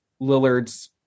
lillard's